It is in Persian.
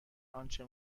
آنچه